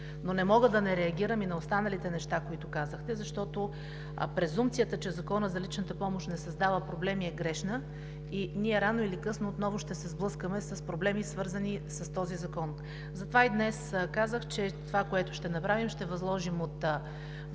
Но не мога да не реагирам и на останалите неща, които казахте, защото презумпцията, че Законът за личната помощ не създава проблеми, е грешна и ние рано или късно отново ще се сблъскаме с проблеми, свързани с този закон. Затова и днес казах, че това, което ще направим, е да възложим през